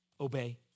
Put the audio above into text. Obey